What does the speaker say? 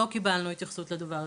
אנחנו לא קיבלנו התייחסות לדבר הזה.